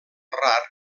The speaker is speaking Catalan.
rar